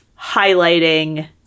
highlighting